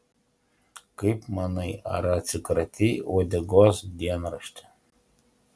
kaip manai ar atsikratei uodegos dienrašti